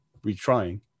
retrying